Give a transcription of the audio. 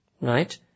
right